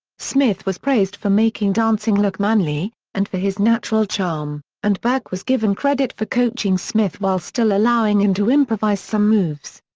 smith was praised for making dancing look manly and for his natural charm, and burke was given credit for coaching smith while still allowing him to improvise some moves.